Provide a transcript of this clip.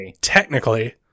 technically